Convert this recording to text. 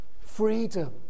freedom